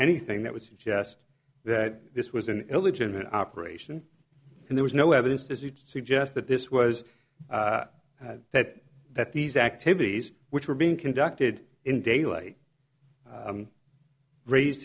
anything that would suggest that this was an illegitimate operation and there was no evidence to suggest that this was that that these activities which were being conducted in daylight raise